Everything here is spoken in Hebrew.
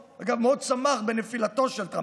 מה זה להגיד עלינו "טרור"?